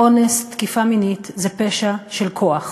אונס, תקיפה מינית, זה פשע של כוח,